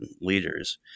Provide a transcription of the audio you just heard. leaders